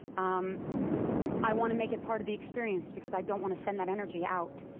um i want to make it part of the experience, because i don't want to send that energy out.